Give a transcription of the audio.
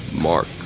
Mark